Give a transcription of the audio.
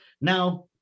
Now